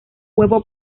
huevo